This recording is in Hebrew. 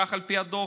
כך על פי הדוח,